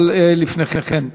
אבל לפני כן,